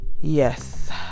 yes